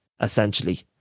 essentially